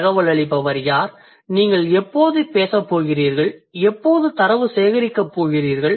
தகவலளிப்பவர் யார் நீங்கள் எப்போது பேசப் போகிறீர்கள் எப்போது தரவு சேகரிக்கப் போகிறீர்கள்